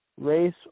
race